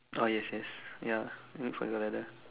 ah yes yes ya wait for your ladder